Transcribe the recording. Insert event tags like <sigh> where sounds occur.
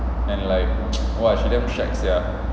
and like <noise> !wah! she damn shag sia